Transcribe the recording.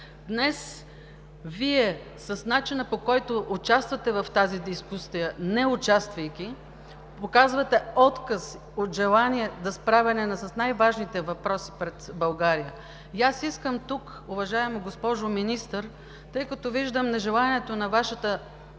места. С начина, по който днес Вие участвате в тази дискусия – неучаствайки, показвате отказ от желание за справяне с най-важните въпроси пред България. И аз искам тук, уважаема госпожо Министър, тъй като виждам нежеланието на Вашата